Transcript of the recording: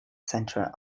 center